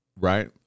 Right